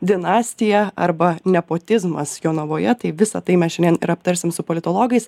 dinastija arba nepotizmas jonavoje tai visa tai mes šiandien ir aptarsim su politologais